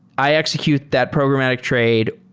i execute that programmatic trade.